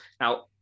Now